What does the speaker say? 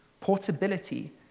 Portability